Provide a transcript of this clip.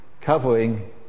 Covering